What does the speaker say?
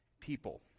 people